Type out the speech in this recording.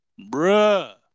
Bruh